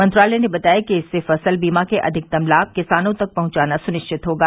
मंत्रालय ने बताया कि इससे फसल बीमा के के अधिकतम लाभ किसानों तक पहुंचाना सुनिश्चित होगा